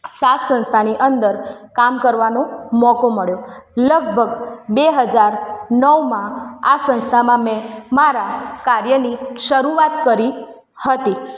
સાથ સંસ્થાની અંદર કામ કરવાનો મોકો મળ્યો લગભગ બે હજાર નવમાં આ સંસ્થામાં મેં મારા કાર્યની શરુઆત કરી હતી